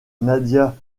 nadia